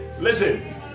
listen